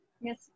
Yes